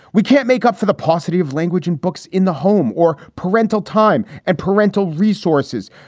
we can't make up for the paucity of language in books in the home or parental time and parental resources,